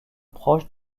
proche